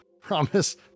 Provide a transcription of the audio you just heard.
Promise